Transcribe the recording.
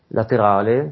laterale